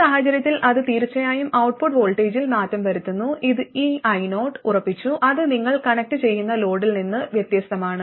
ഈ സാഹചര്യത്തിൽ അത് തീർച്ചയായും ഔട്ട്പുട്ട് വോൾട്ടേജിൽ മാറ്റം വരുത്തുന്നു ഈ io ഉറപ്പിച്ചു അത് നിങ്ങൾ കണക്റ്റുചെയ്യുന്ന ലോഡിൽ നിന്ന് വ്യത്യസ്തമാണ്